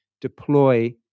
deploy